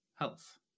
health